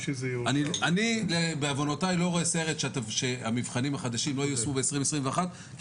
אני בעוונותיי לא רואה סרט שהמבחנים החדשים לא ייושמו ב-2021 כי